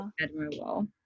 admirable